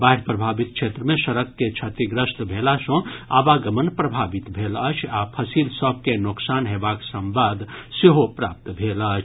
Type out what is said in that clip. बाढ़ि प्रभावित क्षेत्र मे सड़क के क्षतिग्रस्त भेला सँ आवागमन प्रभावित भेल अछि आ फसिल सभ के नोकसान हेबाक संवाद सेहो प्राप्त भेल अछि